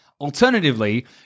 alternatively